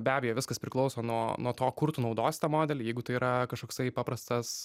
be abejo viskas priklauso nuo nuo to kur tu naudosi tą modelį jeigu tai yra kažkoksai paprastas